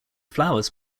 flowers